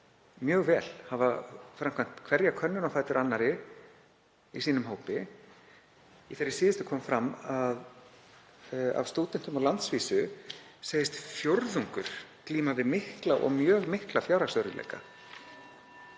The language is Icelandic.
mjög vel, hafa gert hverja könnunina á fætur annarri í sínum hópi. Í þeirri síðustu kom fram að af stúdentum á landsvísu segist fjórðungur glíma við mikla eða mjög mikla fjárhagsörðugleika.